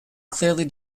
clearly